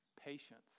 Patience